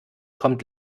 kommt